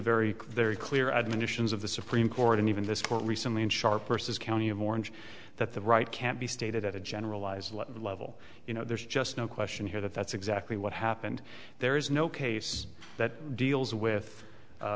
very very clear admonitions of the supreme court and even this court recently in sharper says county a mortgage that the right can't be stated at a generalized what level you know there's just no question here that that's exactly what happened there is no case that deals with